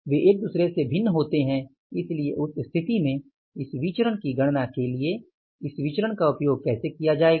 वे एक दूसरे से भिन्न होते हैं इसलिए उस स्थिति में इस विचरण की गणना के लिए इस विचरण का उपयोग कैसे किया जाएगा